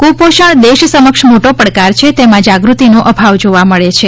કુપોષણ દેશ સમક્ષ મોટો પડકાર છે તેમાં જાગૃતિનો અભાવ જોવા મળે છે